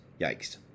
Yikes